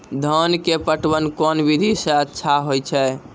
धान के पटवन कोन विधि सै अच्छा होय छै?